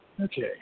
Okay